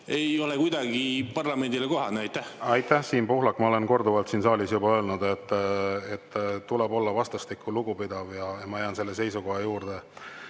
ei ole kuidagi parlamendile kohane. Aitäh, Siim Pohlak! Ma olen korduvalt siin saalis juba öelnud, et tuleb olla vastastikku lugupidav, ja ma jään selle seisukoha juurde.